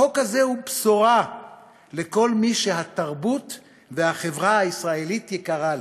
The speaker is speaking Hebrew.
החוק הזה הוא בשורה לכל מי שהתרבות והחברה הישראלית יקרה לו.